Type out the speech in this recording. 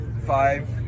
five